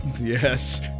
Yes